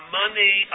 money